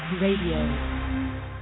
Radio